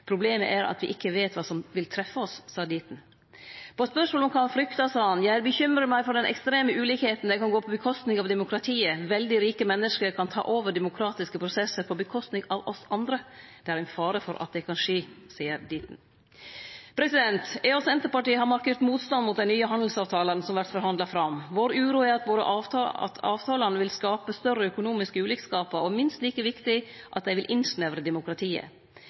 Problemet er at vi ikke vet hva som vil treffe oss.» På spørsmål om kva han frykta, sa han: «Jeg bekymrer meg for den ekstreme ulikheten. Den kan gå på bekostning av demokratiet. Veldig rike mennesker kan ta over demokratiske prosesser på bekostning av oss andre. Det er en fare for at det kan skje.» Eg og Senterpartiet har markert motstand mot dei nye handelsavtalane som vert forhandla fram. Uroa vår er at avtalane vil skape større økonomiske ulikskapar, og, minst like viktig, at dei vil innsnevre demokratiet.